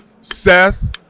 Seth